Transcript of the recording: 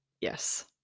yes